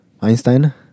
Einstein